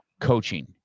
coaching